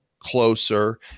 closer